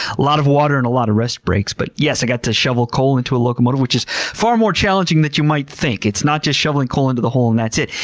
a lot of water and a lot of rest breaks. but yes, i got to shovel coal into a locomotive which is far more challenging than you might think. it's not just shoveling coal into the hole and that's it.